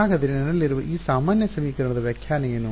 ಹಾಗಾದರೆ ನನ್ನಲ್ಲಿರುವ ಈ ಸಾಮಾನ್ಯ ಸಮೀಕರಣದ ವ್ಯಾಖ್ಯಾನ ಏನು